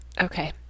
Okay